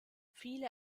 viele